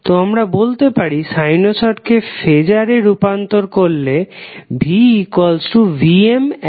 তো আমরা বলতে পারি সাইনোসডকে ফেজারে রূপান্তর করলে VVm∠∅